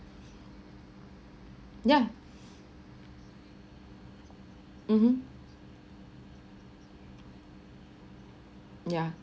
yeah mmhmm yeah